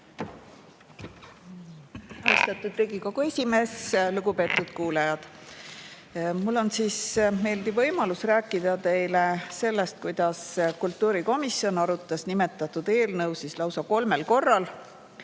Austatud Riigikogu esimees! Lugupeetud kuulajad! Mul on meeldiv võimalus rääkida teile sellest, kuidas kultuurikomisjon arutas nimetatud eelnõu lausa kolmel korral: